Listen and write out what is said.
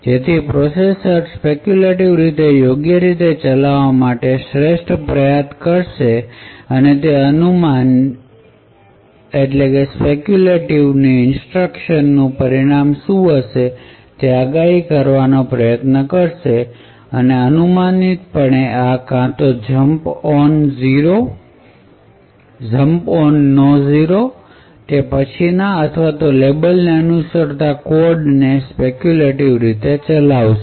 જેથી processor speculative રીતે યોગ્ય રીતે ચલાવવા માટે શ્રેષ્ઠ પ્રયાસ કરશે તે આ અનુમાનની ઇન્સટ્રક્શન નું પરિણામ શું હશે તે આગાહી કરવાનો પ્રયાસ કરશે અને અનુમાનિતપણે આ કા તો જંપ ઑન નો જીરો પછીના અથવા લેબલ ને અનુસરતા કોડ ને સ્પેક્યૂલેટિવ રીતે ચલાવશે